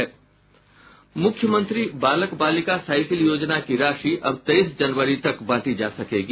मुख्यमंत्री बालक बालिका साइकिल योजना की राशि अब तेईस जनवरी तक बांटी जा सकेगी